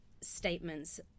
statements